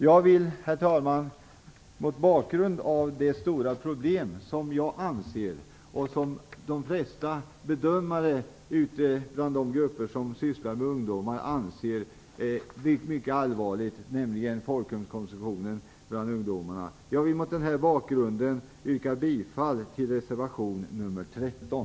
Jag vill mot bakgrund av det stora problem som jag och de flesta bedömare i de grupper som sysslar med ungdomar anser är mycket allvarligt, nämligen folkölskonsumtionen bland ungdomarna, yrka bifall till reservation nr 13.